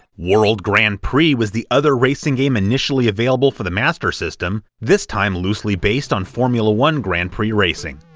world grand prix was the other racing game initially available for the master system, this time loosely based on formula one grand prix racing.